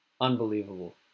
unbelievable